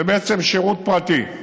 זה בעצם שירות פרטי.